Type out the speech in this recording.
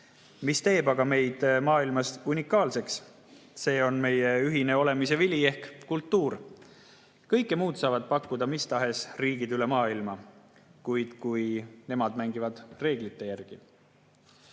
Mis teeb aga meid maailmas unikaalseks? See on meie ühine olemise vili ehk kultuur. Kõike muud saavad pakkuda mis tahes riigid üle maailma, kui nemad mängivad reeglite järgi.